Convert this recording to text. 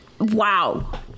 wow